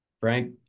Frank